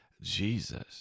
Jesus